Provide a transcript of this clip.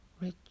rich